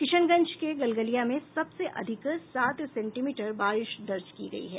किशनगंज के गलगलिया में सबसे अधिक सात सेंटीमीटर बारिश दर्ज की गयी है